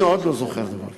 אני עוד לא זוכר דבר כזה.